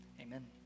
amen